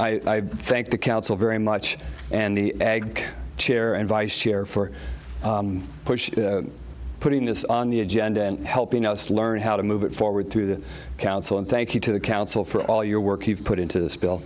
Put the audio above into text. i think the council very much and the ag chair and vice chair for pushing putting this on the agenda and helping us learn how to move it forward through the council and thank you to the council for all your work you've put into this bill